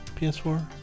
PS4